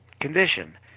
condition